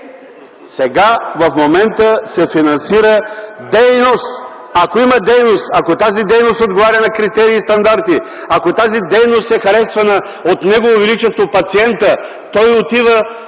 Сега, в момента се финансира дейност! Ако има дейност, ако тази дейност отговаря на критерии и стандарти, ако тази дейност е харесвана от Негово Величество Пациента, той отива